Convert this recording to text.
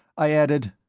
i added,